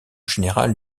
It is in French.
générale